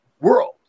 world